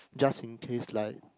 just in case like